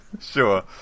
Sure